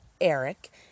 Eric